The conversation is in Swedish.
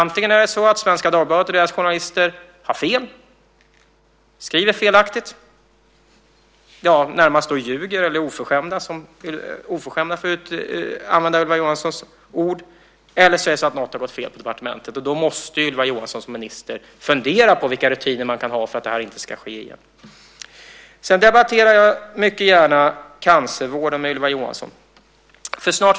Antingen är det så att Svenska Dagbladet och dess journalister har fel, skriver felaktigt, ja, närmast ljuger eller är oförskämda, för att använda Ylva Johanssons ord. Eller också är det något som har gått fel på departementet, och då måste Ylva Johansson som minister fundera på vilka rutiner man kan ha för att det här inte ska ske igen. Jag debatterar mycket gärna cancervården med Ylva Johansson.